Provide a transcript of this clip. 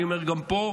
ואני אומר גם פה,